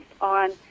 on